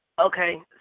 Okay